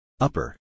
Upper